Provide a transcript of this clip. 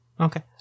Okay